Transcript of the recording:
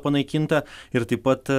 panaikinta ir taip pat